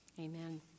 Amen